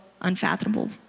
unfathomable